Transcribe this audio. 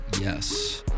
Yes